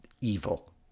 evil